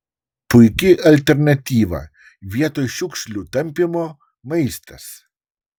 puiki alternatyva vietoj šiukšlių tampymo maistas